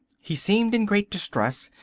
he seemed in great distress,